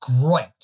great